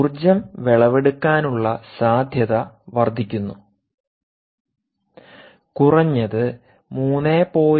ഊർജ്ജം വിളവെടുക്കാനുള്ള സാധ്യത വർദ്ധിക്കുന്നു കുറഞ്ഞത് 3